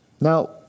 Now